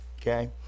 Okay